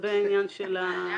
לגבי העניין של --- ועדה?